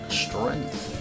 strength